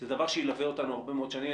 זה דבר שילווה אותנו הרבה מאוד שנים.